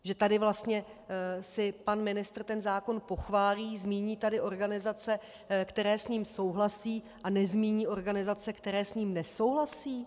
Že tady si pan ministr ten zákon pochválí, zmíní tady organizace, které s ním souhlasí, a nezmíní organizace, které s ním nesouhlasí?